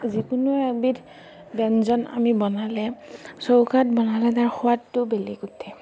যিকোনো এবিধ ব্যঞ্জন আমি বনালে চৌকাত বনালে তাৰ সোৱাদটো বেলেগ উঠে